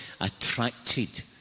attracted